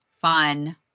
fun